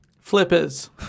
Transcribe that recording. Flippers